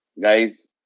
guys